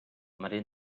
maria